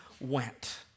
went